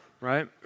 right